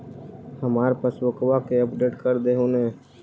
हमार पासबुकवा के अपडेट कर देहु ने?